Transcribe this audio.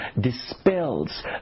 dispels